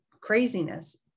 craziness